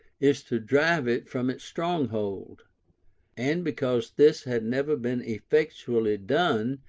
is to drive it from its stronghold and because this had never been effectually done,